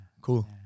cool